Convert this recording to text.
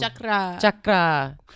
Chakra